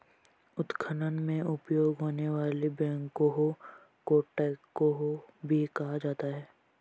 उत्खनन में उपयोग होने वाले बैकहो को ट्रैकहो भी कहा जाता है